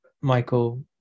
Michael